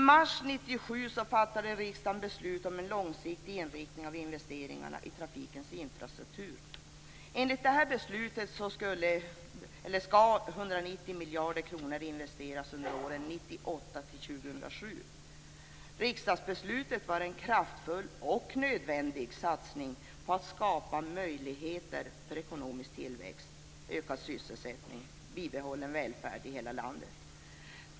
I mars 1997 fattade riksdagen beslut om en långsiktig inriktning för investeringarna i trafikens infrastruktur. Enligt beslutet skall 190 miljarder kronor investeras under åren 1998 till 2007. Riksdagsbeslutet var en kraftfull och nödvändig satsning för att skapa möjligheter för ekonomisk tillväxt, ökad sysselsättning och bibehållen välfärd i hela landet.